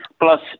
plus